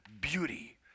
beauty